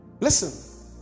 Listen